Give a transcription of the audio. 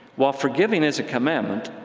while forgiving is a commandment,